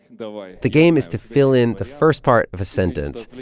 the like the game is to fill in the first part of a sentence.